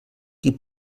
qui